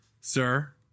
sir